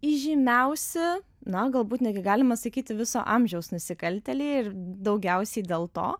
įžymiausi na galbūt netgi galima sakyti viso amžiaus nusikaltėliai ir daugiausiai dėl to